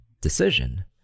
decision